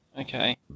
Okay